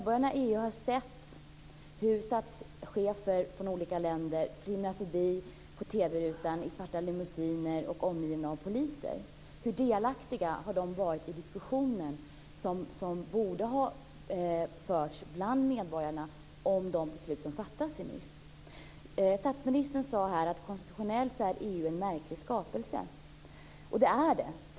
De har sett i TV-rutan hur statschefer från olika länder flimrar förbi i svarta limousiner omgivna av poliser. Hur delaktiga har medborgarna varit i den diskussion som borde ha förts bland dem när det gäller de beslut som fattades i Nice? Statsministern sade att konstitutionellt är EU en märklig skapelse, och det är det.